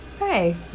Hey